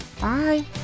Bye